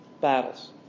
battles